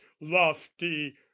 lofty